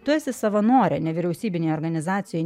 tu esi savanorė nevyriausybinėj organizacijoj